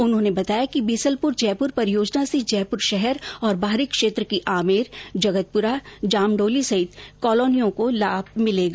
उन्होंने बताया कि बीसलपुर जयपुर परियोजना से जयपुर शहर और बाहरी क्षेत्र की आमेर जगतपुरा जामडौली सहित कॉलोनियों को लाभ मिलेगा